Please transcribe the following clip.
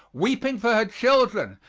weeping for her children,